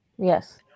Yes